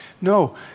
No